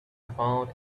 found